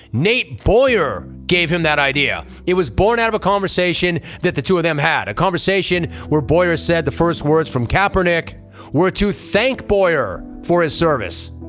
nate boyer gave him that idea it was born out of a conversation that the two of them had, a conversation where boyer said the first words from kaepernick were to thank boyer for his service.